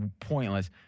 pointless